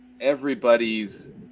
everybody's